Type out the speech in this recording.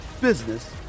business